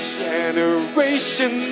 generation